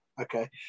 Okay